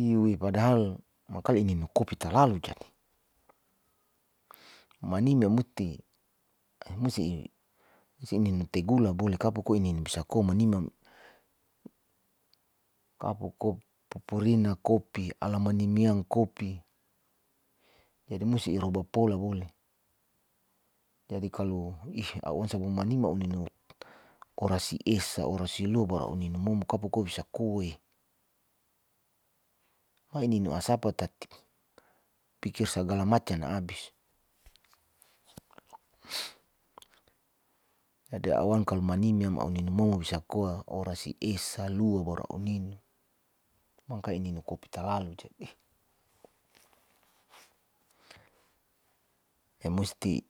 iyoe padahal makali ininu kopi talalu jadi manime amuti musti ininu tegula bole kapo ko ininu bisa komanimam kapo kop popurina kopi alama nimiam kopi jadi musi iroba pola bole. Jadi kalo ih a'u onsa bo manima a'u ninu korasi esa orasilua baru a'u ninu momo kapo koa bisa koa'e ma ininu asapa tati pikir sagala macan abis jadi a'u wan kalo manimyam a'u ninu momo bisa koa orasi esa, lua baru a'u ninu, mangka ininu kopi talalu jadi emusti.